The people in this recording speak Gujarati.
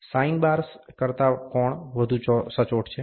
સાઈન બાર્સ કરતા કોણ વધુ સચોટ છે